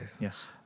Yes